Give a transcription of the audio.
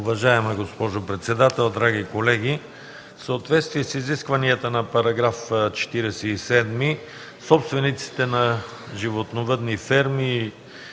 Уважаема госпожо председател, драги колеги! В съответствие с изискванията на § 47, собствениците на животновъдни ферми